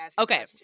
Okay